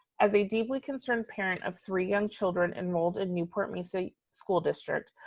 as a deeply concerned parent of three young children enrolled in newport mesa school district,